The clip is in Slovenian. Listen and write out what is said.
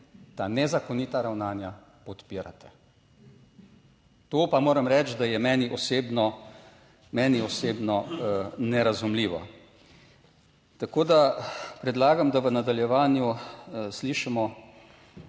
ta nezakonita ravnanja podpirate. To pa moram reči, da je meni osebno, meni osebno nerazumljivo. Tako da predlagam, da v nadaljevanju slišimo